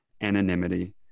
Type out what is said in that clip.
anonymity